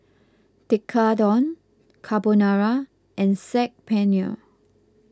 Tekkadon Carbonara and Saag Paneer